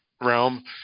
realm